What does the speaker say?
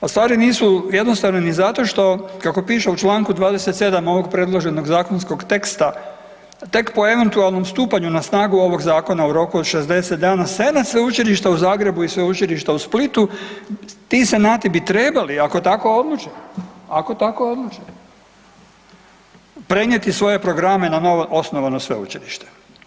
A stvari nisu jednostavne ni zato što kako piše u čl. 27. ovog predloženog zakonskog teksta, tek po eventualnom stupanju na snagu ovog zakona u roku od 60 dana senat Sveučilišta u Zagrebu i Sveučilišta u Splitu, ti senati bi trebali ako tako odluče, ako tako odluče, prenijeti svoje programe na novo osnovano sveučilište.